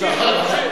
תודה.